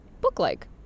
book-like